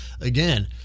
again